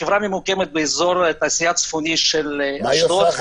החברה ממוקמת באזור התעשייה הצפונית של אשדוד -- מה היא עושה החברה?